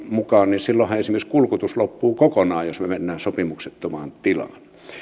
mukaan niin silloinhan esimerkiksi kulkutus loppuu kokonaan jos mennään sopimuksettomaan tilaan